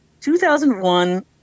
2001